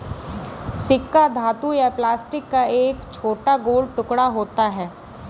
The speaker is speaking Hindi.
सिक्का धातु या प्लास्टिक का एक छोटा गोल टुकड़ा होता है